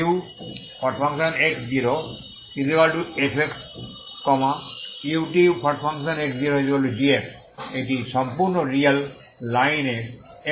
ux0f utx0g এটি সম্পূর্ণ real লাইনের x∈R